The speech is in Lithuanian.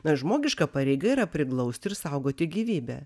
na žmogiška pareiga yra priglausti ir saugoti gyvybę